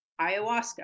ayahuasca